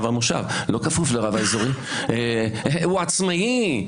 הוא עצמאי.